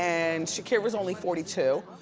and shakira's only forty two.